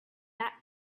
that